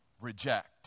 reject